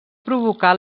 provocar